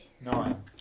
Nine